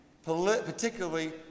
particularly